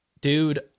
dude